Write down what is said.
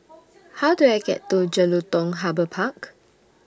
How Do I get to Jelutung Harbour Park